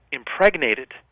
impregnated